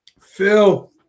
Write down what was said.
Phil